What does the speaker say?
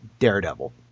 Daredevil